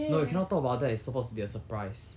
no we cannot talk about that it's supposed to be a surprise